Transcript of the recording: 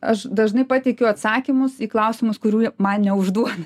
aš dažnai pateikiu atsakymus į klausimus kurių man neužduoda